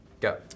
Go